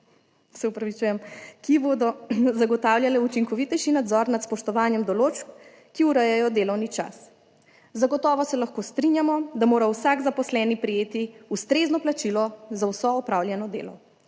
ki bodo zagotavljale učinkovitejši nadzor nad spoštovanjem določb, ki urejajo delovni čas. Zagotovo se lahko strinjamo, da mora vsak zaposleni prejeti ustrezno plačilo za vso opravljeno delo.